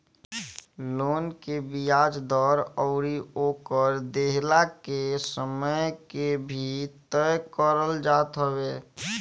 loan के बियाज दर अउरी ओकर देहला के समय के भी तय करल जात हवे